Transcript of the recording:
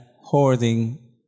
hoarding